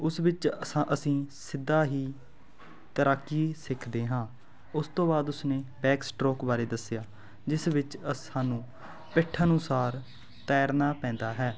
ਉਸ ਵਿੱਚ ਅਸਾਂ ਅਸੀਂ ਸਿੱਧਾ ਹੀ ਤੈਰਾਕੀ ਸਿੱਖਦੇ ਹਾਂ ਉਸ ਤੋਂ ਬਾਅਦ ਉਸਨੇ ਬੈਕ ਸਟਰੋਕ ਬਾਰੇ ਦੱਸਿਆ ਜਿਸ ਵਿੱਚ ਅਸਾਂ ਨੂੰ ਪਿੱਠ ਅਨੁਸਾਰ ਤੈਰਨਾ ਪੈਂਦਾ ਹੈ